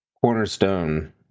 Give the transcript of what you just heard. cornerstone